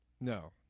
No